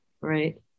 right